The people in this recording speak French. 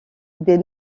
des